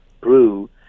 brew